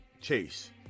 chase